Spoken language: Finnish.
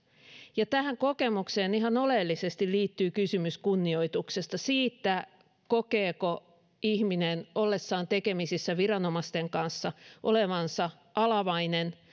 ja tähän kokemukseen ihan oleellisesti liittyy kysymys kunnioituksesta siitä kokeeko ihminen ollessaan tekemisissä viranomaisten kanssa olevansa alamainen